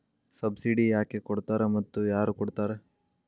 Subsidy ಯಾಕೆ ಕೊಡ್ತಾರ ಮತ್ತು ಯಾರ್ ಕೊಡ್ತಾರ್?